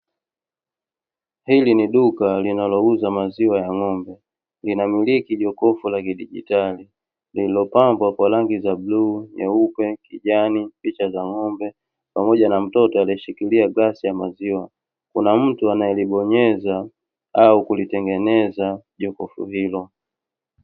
Hili ni duka linalouza maziwa ya ng'ombe. Linamiliki jokofu la kidigitali lililopambwa kwa rangi za: bluu, nyeupe, kijani; picha za ng'ombe pamoja na mtoto aliyeshikilia glasi ya maziwa. Kuna mtu anayelibonyeza au kulitengeneza jokofu hilo.